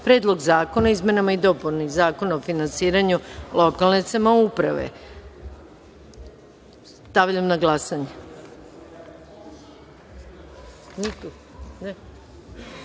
Predlog zakona o izmenama i dopunama Zakona o finansiranju lokalne samouprave. Stavljam na glasanje